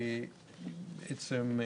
בעצם,